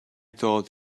thought